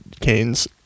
canes